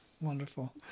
Wonderful